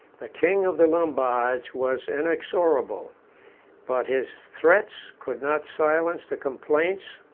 the king of the lombards was inexorable but his threats could not silence the complaints,